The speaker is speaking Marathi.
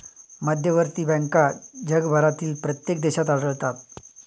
मध्यवर्ती बँका जगभरातील प्रत्येक देशात आढळतात